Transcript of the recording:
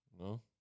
No